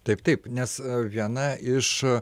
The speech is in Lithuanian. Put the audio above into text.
taip taip nes viena iš